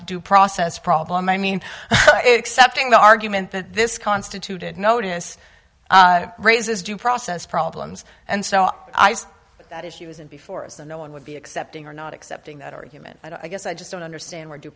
due process problem i mean excepting the argument that this constituted notice raises due process problems and so i say that if he was in before us and no one would be accepting or not accepting that argument i guess i just don't understand where due